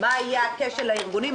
מה היה הכשל הארגוני,